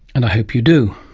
and hope you do.